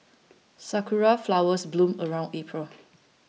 sakura flowers bloom around April